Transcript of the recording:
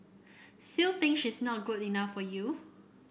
still think she's not good enough for you